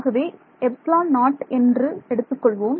ஆகவே 0 என்பது எடுத்துக் கொள்வோம்